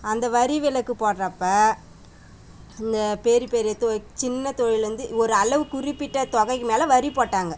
அந்த வரி விலக்கு போடுறப்ப இந்தப் பெரிய பெரிய தொ சின்ன தொழில்லேருந்து ஒரு அளவு குறிப்பிட்ட தொகைக்கு மேலே வரி போட்டாங்கள்